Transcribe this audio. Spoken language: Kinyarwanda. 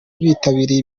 bitabiriye